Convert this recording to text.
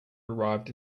arrived